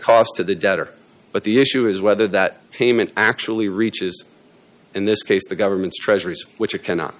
cost to the debtor but the issue is whether that payment actually reaches in this case the government's treasuries which it cannot